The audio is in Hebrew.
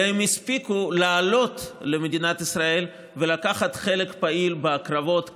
אלא הם הספיקו לעלות למדינת ישראל ולקחת חלק פעיל בקרבות כאן,